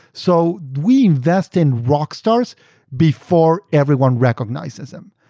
so we invest in rock stars before everyone recognizes them.